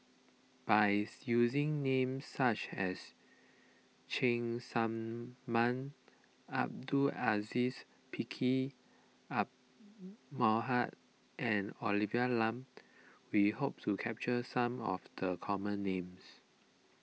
by using name such as Cheng Tsang Man Abdul Aziz Pakkeer Mohamed and Olivia Lum we hope to capture some of the common names